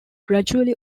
gradually